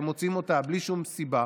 שהם מוציאים אותה בלי שום סיבה